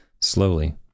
Slowly